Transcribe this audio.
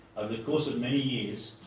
the course of many years,